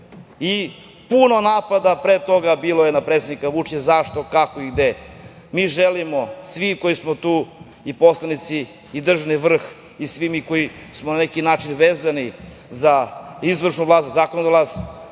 Puno napada pre toga je bilo na predsednika Vučića. Zašto? Kako? Gde? Mi želimo, svi koji smo tu, i poslanici i državni vrh i svi mi koji smo na neki način vezani za izvršnu vlast, za zakonodavnu